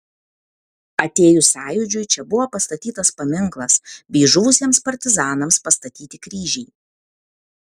atėjus sąjūdžiui čia buvo pastatytas paminklas bei žuvusiems partizanams pastatyti kryžiai